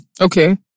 Okay